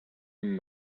him